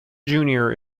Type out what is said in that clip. junior